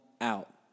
out